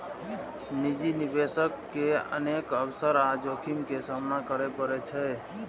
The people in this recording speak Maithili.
निजी निवेशक के अनेक अवसर आ जोखिम के सामना करय पड़ै छै